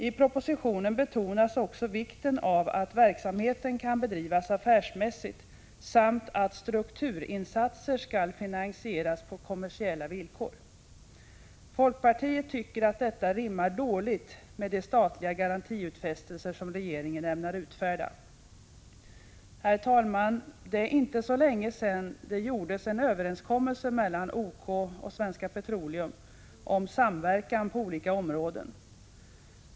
I propositionen betonas också vikten av att verksamheten kan bedrivas affärsmässigt samt att strukturinsatser skall finansieras på kommersiella villkor. Folkpartiet tycker att detta rimmar dåligt med de statliga garantiutfästelser som regeringen ämnar utfärda. Herr talman! Det är inte så länge sedan som en överenskommelse träffades mellan OK och SP om samverkan på olika områden.